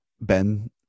Ben